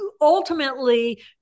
ultimately